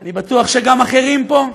אני בטוח שגם אחרים פה,